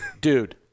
dude